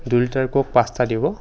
দুই লিটাৰ ক'ক পাঁচটা দিব